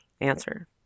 answer